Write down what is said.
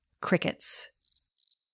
crickets